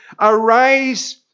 arise